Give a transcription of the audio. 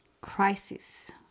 crisis